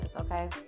Okay